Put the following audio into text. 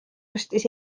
ostis